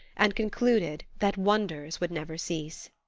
and concluded that wonders would never cease.